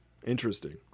Interesting